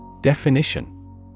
Definition